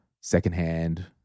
secondhand